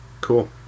Cool